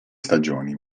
stagioni